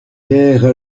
guère